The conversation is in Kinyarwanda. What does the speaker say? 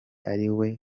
ariwe